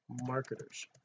marketers